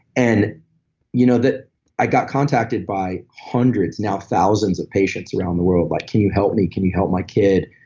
and you know i got contacted by hundreds, now thousands of patients around the world, like, can you help me? can you help my kid?